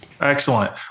Excellent